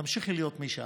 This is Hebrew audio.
תמשיכי להיות מי שאת.